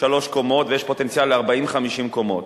שלוש קומות, ויש פוטנציאל ל-40 50 קומות.